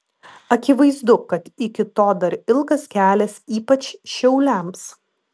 akivaizdu kad iki to dar ilgas kelias ypač šiauliams